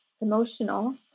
emotional